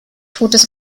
totes